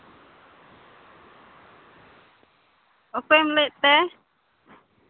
ᱚᱠᱚᱭᱮᱢ ᱞᱟᱹᱭᱮᱫ ᱛᱮ